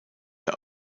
der